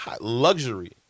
luxury